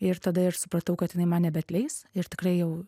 ir tada ir supratau kad jinai man nebeatleis ir tikrai jau